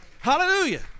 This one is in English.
Hallelujah